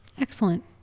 Excellent